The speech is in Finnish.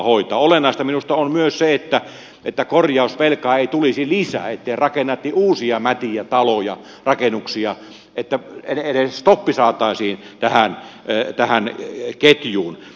olennaista minusta on myös se että korjausvelkaa ei tulisi lisää että ei rakennettaisi uusia mätiä taloja rakennuksia että edes stoppi saataisiin tähän ketjuun